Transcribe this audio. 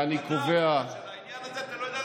ואני קובע, אתה, לעניין הזה אתה לא יודע לענות.